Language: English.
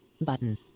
Button